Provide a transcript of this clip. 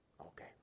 okay